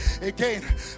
again